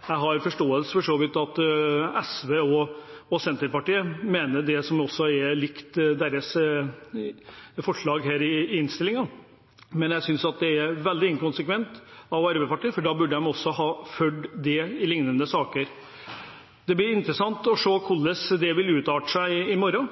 Jeg har for så vidt forståelse for at SV og Senterpartiet mener det, noe som også er som deres forslag i innstillingen, men jeg synes det er veldig inkonsekvent av Arbeiderpartiet, for da burde partiet også ha fulgt dette i lignende saker. Det blir interessant å se hvordan det vil utarte seg i morgen,